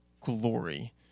glory